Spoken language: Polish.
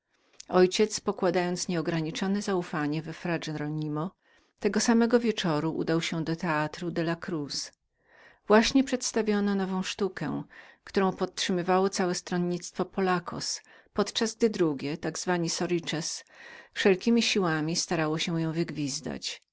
ojciec pokładając nieograniczone zaufanie w fra heronimo tego samego wieczoru udał się do teatru della cruz właśnie przedstawiano nową sztukę którą utrzymywało całe stronnictwo pollacos podczas gdy drugie nazwane sorices wszelkiemi siłami starało się ją wygwizdać